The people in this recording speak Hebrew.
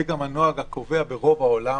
זה גם הנוהג הקובע ברוב העולם.